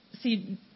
See